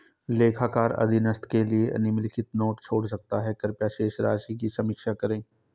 लेखाकार अधीनस्थ के लिए निम्नलिखित नोट छोड़ सकता है कृपया शेष राशि की समीक्षा करें